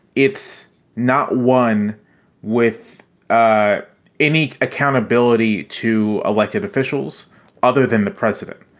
it's not one with ah any accountability to elected officials other than the president.